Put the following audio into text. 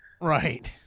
Right